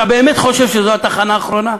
אתה באמת חושב שזאת התחנה האחרונה?